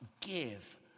give